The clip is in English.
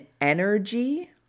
energy